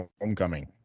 homecoming